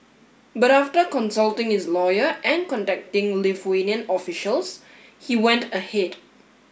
but after consulting his lawyer and contacting Lithuanian officials he went ahead